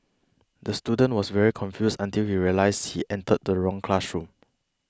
the student was very confused until he realised he entered the wrong classroom